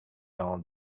ans